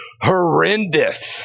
horrendous